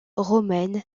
romaine